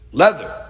leather